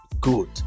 good